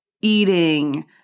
eating